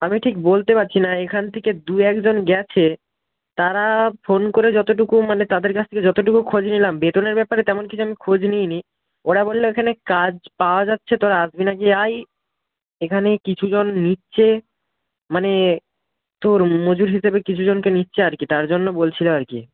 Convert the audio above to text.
আমি ঠিক বলতে পারছি না এখান থেকে দুএকজন গেছে তারা ফোন করে যতটুকু মানে তাদের কাছ থেকে যতটুকু খোঁজ নিলাম বেতনের ব্যাপারে তেমন কিছু আমি খোঁজ নিইনি ওরা বলল এখানে কাজ পাওয়া যাচ্ছে তোরা আসবি না কি আয় এখানে কিছু জন নিচ্ছে মানে তোর মজুর হিসাবে কিছু জনকে নিচ্ছে আর কি তার জন্য বলছিল আর কি